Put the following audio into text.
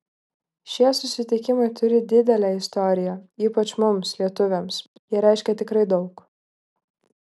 šie susitikimai turi didelę istoriją ypač mums lietuviams jie reiškia tikrai daug